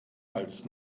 als